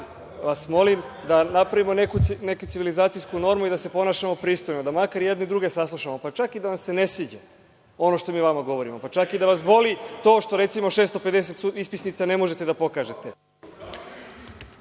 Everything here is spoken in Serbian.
vas molim da napravimo neku civilizacijsku normu i da se ponašamo pristojno, da makar jedni druge saslušamo, pa čak i da vam se ne sviđa ono što mi vama govorimo, pa čak i da vas boli to što, recimo, 650 ispisnica ne možete da pokažete.